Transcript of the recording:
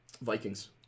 Vikings